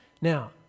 Now